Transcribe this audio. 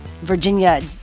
Virginia